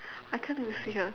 I can't even see her